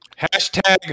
Hashtag